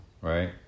right